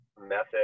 method